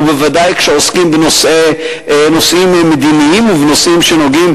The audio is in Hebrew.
ובוודאי כשעוסקים בנושאים מדיניים ובנושאים שנוגעים,